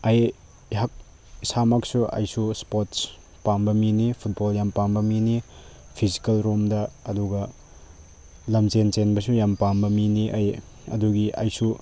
ꯑꯩ ꯑꯩꯍꯥꯛ ꯏꯁꯥꯃꯛꯁꯨ ꯑꯩꯁꯨ ꯏꯁꯄꯣꯔꯠꯁ ꯄꯥꯝꯕ ꯃꯤꯅꯤ ꯐꯨꯠꯕꯣꯜ ꯌꯥꯝ ꯄꯥꯝꯕ ꯃꯤꯅꯤ ꯐꯤꯖꯤꯀꯦꯜꯔꯣꯝꯗ ꯑꯗꯨꯒ ꯂꯝꯖꯦꯜ ꯆꯦꯟꯕꯁꯨ ꯌꯥꯝ ꯄꯥꯝꯕ ꯃꯤꯅꯤ ꯑꯩ ꯑꯗꯨꯒꯤ ꯑꯩꯁꯨ